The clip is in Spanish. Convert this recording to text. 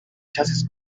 chasis